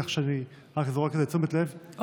כך שאני רק זורק את זה לתשומת לב,